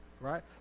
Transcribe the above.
right